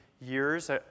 years